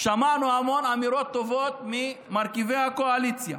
שמענו המון אמירות טובות ממרכיבי הקואליציה.